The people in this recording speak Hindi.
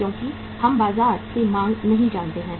क्योंकि हम बाजार से मांग नहीं जानते हैं